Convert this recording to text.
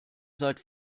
seid